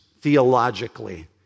theologically